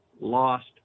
lost